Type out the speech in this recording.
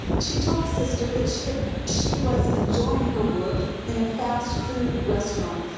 she told sister that she ah she was enjoyed her work in a fast food restaurant.